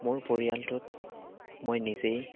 মোৰ পৰিয়ালটোত মই নিজেই